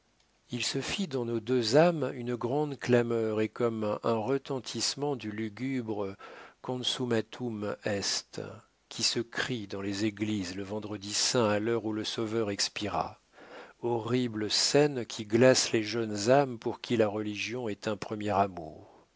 il se fit dans nos deux âmes une grande clameur et comme un retentissement du lugubre consummatum est qui se crie dans les églises le vendredi saint à l'heure où le sauveur expira horrible scène qui glace les jeunes âmes pour qui la religion est un premier amour